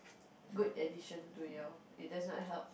good addition to your it does not help